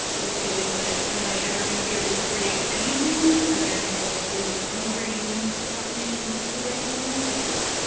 the feeling like, am i ever gonna be able to create anything when i have a frozen trauma brain happening intensely right now? i think,